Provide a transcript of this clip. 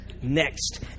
Next